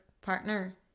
partner